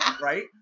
right